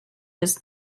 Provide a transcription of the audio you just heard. his